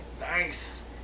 Nice